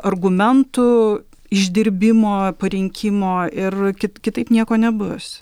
argumentų išdirbimo parinkimo ir ki kitaip nieko nebus